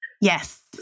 Yes